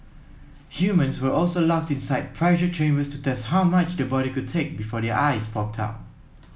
humans were also locked inside pressure chambers to test how much the body could take before their eyes popped out